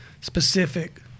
specific